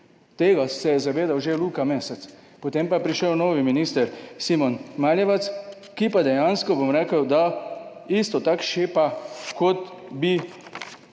Tega se je zavedal že Luka Mesec, potem pa je prišel novi minister Simon Maljevac, ki pa dejansko, bom rekel, da isto tako šepa kot bi